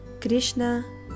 Krishna